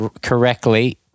correctly